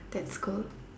that's cool